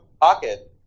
pocket